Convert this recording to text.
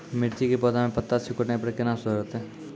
मिर्ची के पौघा मे पत्ता सिकुड़ने पर कैना सुधरतै?